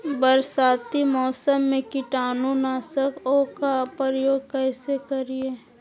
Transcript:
बरसाती मौसम में कीटाणु नाशक ओं का प्रयोग कैसे करिये?